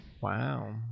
wow